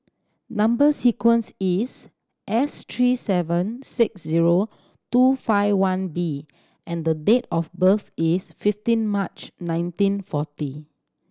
number sequence is S three seven six zero two five one B and the date of birth is fifteen March nineteen forty